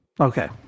Okay